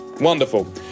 Wonderful